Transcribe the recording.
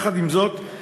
יחד עם זאת,